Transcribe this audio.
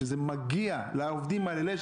שזה מגיע לעובדים האלה,